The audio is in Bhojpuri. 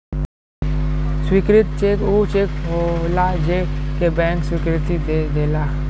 स्वीकृत चेक ऊ चेक होलाजे के बैंक स्वीकृति दे देला